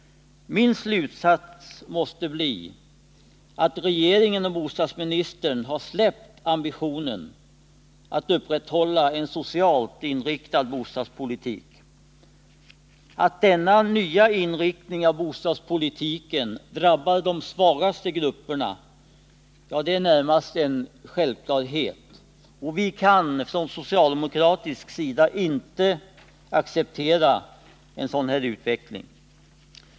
Min slutsats måste bli att regeringen och bostadsministern har släppt ambitionen att upprätthålla en socialt inriktad bostadspolitik. Att denna nya inriktning av bostadspolitiken drabbar de svaga grupperna är närmast en självklarhet. Från socialdemokratisk sida kan vi inte acceptera en sådan utveckling.